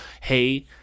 Hey